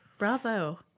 Bravo